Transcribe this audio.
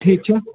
ٹھیٖک چھُ